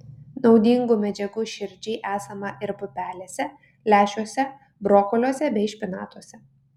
naudingų medžiagų širdžiai esama ir pupelėse lęšiuose brokoliuose bei špinatuose